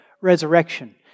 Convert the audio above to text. resurrection